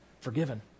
forgiven